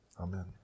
Amen